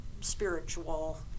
spiritual